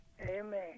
Amen